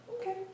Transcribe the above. okay